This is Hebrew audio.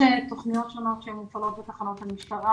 יש תוכניות שונות שמופעלות בתחנות המשטרה